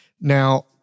Now